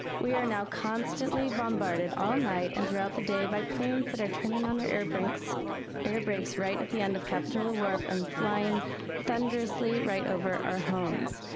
we are now constantly bombarded all night and throughout the day by planes that are turning on their air brakes air brakes right at the end of capitola wharf and flying thunderously right over our homes.